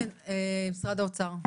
משרד האוצר.